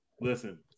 listen